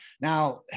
now